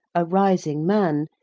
a rising man,